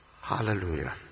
Hallelujah